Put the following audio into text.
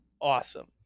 awesome